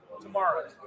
tomorrow